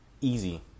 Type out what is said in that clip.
easy